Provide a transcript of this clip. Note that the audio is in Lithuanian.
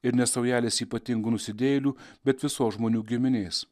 ir ne saujelės ypatingų nusidėjėlių bet visos žmonių giminės